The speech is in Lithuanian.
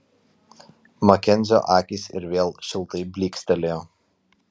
makenzio akys ir vėl šiltai blykstelėjo